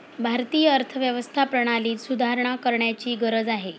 भारतीय अर्थव्यवस्था प्रणालीत सुधारणा करण्याची गरज आहे